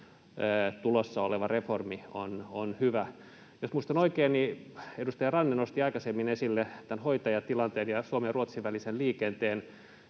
tulossa oleva reformi on hyvä. Jos muistan oikein, niin edustaja Ranne nosti aikaisemmin esille tämän hoitajatilanteen ja Suomen ja Ruotsin välisen liikenteen.